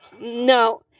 no